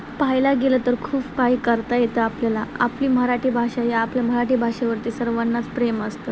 पहायला गेलं तर खूप काही करता येतं आपल्याला आपली मराठी भाषा या आपल्या मराठी भाषेवरती सर्वांनाच प्रेम असतं